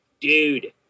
dude